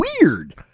weird